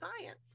science